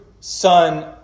son